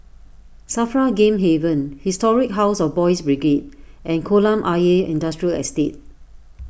Safra Game Haven Historic House of Boys' Brigade and Kolam Ayer Industrial Estate